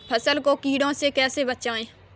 फसल को कीड़े से कैसे बचाएँ?